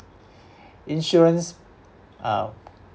insurance uh